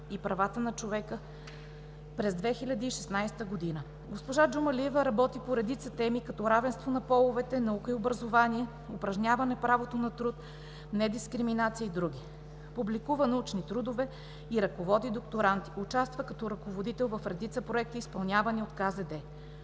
и правата на човека през 2016 г. Госпожа Джумалиева работи по редица теми като равенство на половете, наука и образование, упражняване правото на труд и недискриминация и други. Публикува научни трудове и ръководи докторанти. Участва като ръководител в редица проекти, изпълнявани от КЗД.